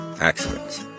accidents